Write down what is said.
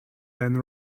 than